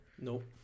Nope